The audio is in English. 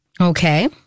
Okay